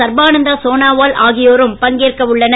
சர்பானந்தா சோனாவால் ஆகியோரும் பங்கேற்க உள்ளனர்